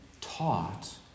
taught